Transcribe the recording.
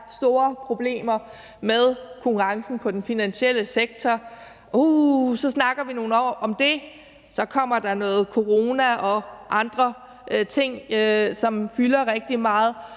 store problemer med konkurrencen på den finansielle sektor. Så snakker vi nogle om det i nogle år, og så kommer der noget corona og andre ting, som fylder rigtig meget.